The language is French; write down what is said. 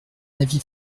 avis